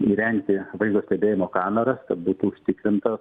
įrengti vaizdo stebėjimo kameras kad būtų užtikrinta